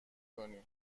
کنی